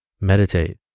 Meditate